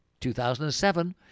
2007